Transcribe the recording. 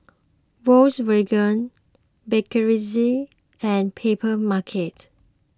Volkswagen Bakerzin and Papermarket